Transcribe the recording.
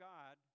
God